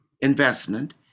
investment